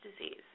disease